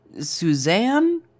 Suzanne